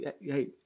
Hey